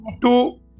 two